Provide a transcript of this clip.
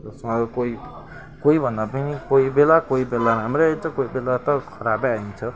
त्योसँग कोही कोही भन्दा पनि कोही बेला कोही बेला राम्रै आइन्छ कोही बेला त खराबै आइन्छ